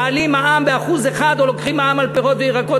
או מעלים מע"מ ב-1% או לוקחים מע"מ על פירות וירקות